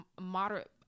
moderate